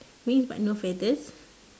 wings but no feathers